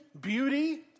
beauty